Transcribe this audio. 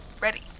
ready